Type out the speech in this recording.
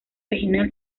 regional